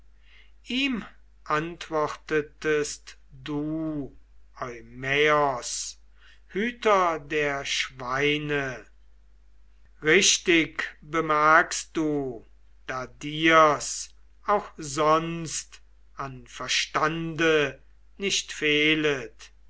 ihm antwortetest du eumaios hüter der schweine richtig bemerkst du da dir's auch sonst an verstande nicht fehlet